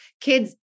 kids